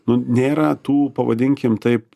nu nėra tų pavadinkim taip